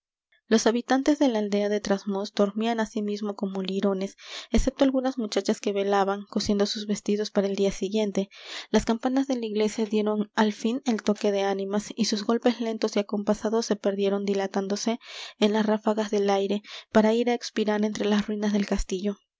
los habitantes de la aldea de trasmoz dormían asimismo como lirones excepto algunas muchachas que velaban cosiendo sus vestidos para el día siguiente las campanas de la iglesia dieron al fin el toque de ánimas y sus golpes lentos y acompasados se perdieron dilatándose en las ráfagas del aire para ir á expirar entre las ruinas del castillo